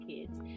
kids